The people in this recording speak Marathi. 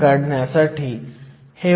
तर आपण संख्या बदलू शकतो